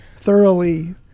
thoroughly